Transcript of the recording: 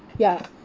ya